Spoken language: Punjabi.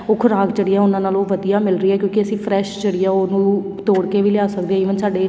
ਉਹ ਖ਼ੁਰਾਕ ਜਿਹੜੀ ਆ ਉਹਨਾਂ ਨਾਲੋਂ ਵਧੀਆ ਮਿਲ ਰਹੀ ਹੈ ਕਿਉਂਕਿ ਅਸੀਂ ਫਰੈੱਸ਼ ਜਿਹੜੀ ਆ ਉਹਨੂੰ ਤੋੜ ਕੇ ਵੀ ਲਿਆ ਸਕਦੇ ਈਵਨ ਸਾਡੇ